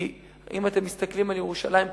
כי אם אתם מסתכלים על ירושלים כמיקרוקוסמוס,